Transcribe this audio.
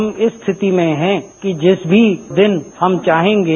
हम इस स्थिति में हैं कि जिस भी दिन हम चाहेंगे